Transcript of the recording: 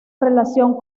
relación